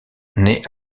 naît